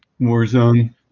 Warzone